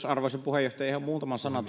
arvoisa puheenjohtaja ihan muutama sana